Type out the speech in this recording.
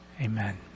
amen